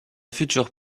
futur